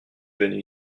venu